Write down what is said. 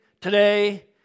today